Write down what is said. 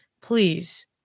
please